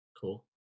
Cool